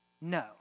no